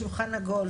שולחן עגול.